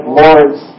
lords